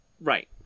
Right